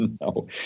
No